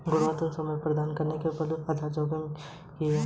गुणवत्ता समय स्थान ऐसे पहलू हैं जो आधार जोखिम की ओर ले जाते हैं